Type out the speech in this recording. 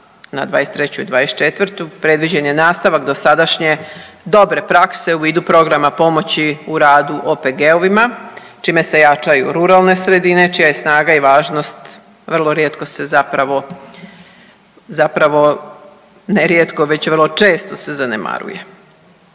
na '23. i '24. predviđen je nastavak dosadašnje dobre prakse u vidu programa pomoći u radu OPG-ovima čime se jačaju ruralne sredine čija je snaga i važnost vrlo rijetko se zapravo, ne rijetko već vrlo često se zanemaruje.